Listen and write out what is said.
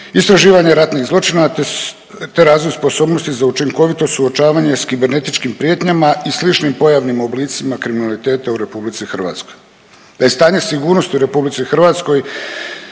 istraživanje ratnih zločina te razvoj sposobnosti za učinkovito suočavanje s kibernetičkim prijetnjama i sličnim pojavnim oblicima kriminaliteta u RH. Stanje sigurnosti u RH '20. i '21.